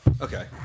Okay